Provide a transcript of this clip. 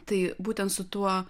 tai būtent su tuo